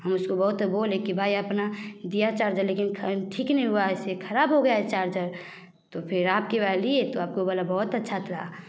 हम उसको बहुत बोले कि भाई अपना दिया चार्जर लेकिन ठीक नहीं हुआ इससे ख़राब हो गया है चार्जर तो फिर आपके वाला लिए तो आपको वाला बहुत अच्छा था